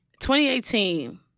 2018